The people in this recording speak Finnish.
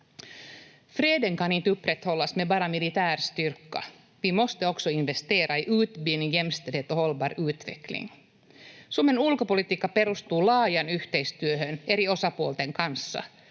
Suomen ulkopolitiikka perustuu laajan yhteistyöhön eri osapuolten kanssa.